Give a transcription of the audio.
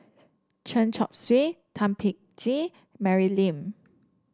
Chen Chong Swee Thum Ping Tjin Mary Lim